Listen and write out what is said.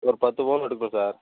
ஒரு பத்து பவுன் எடுக்கணும் சார்